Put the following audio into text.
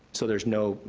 so there's no,